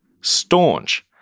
staunch